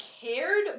cared